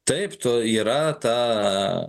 taip tu yra ta